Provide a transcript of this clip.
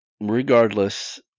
regardless